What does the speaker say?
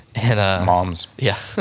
and. moms yeah.